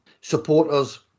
supporters